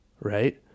right